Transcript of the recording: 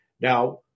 Now